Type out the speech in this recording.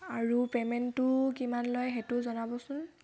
আৰু পে'মেণ্টটো কিমান লয় সেইটোও জনাবচোন